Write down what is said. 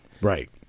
Right